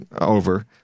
over